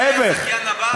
ההפך.